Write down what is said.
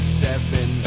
seven